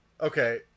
Okay